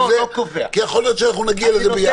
כי יכול להיות שאנחנו נגיע לזה ביחד.